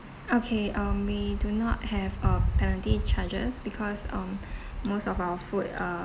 okay um we do not have uh penalty charges because um most of our food are